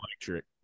electric